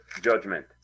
judgment